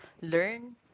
learn